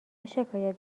شکایت